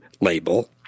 label